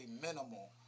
minimal